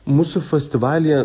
mūsų festivalyje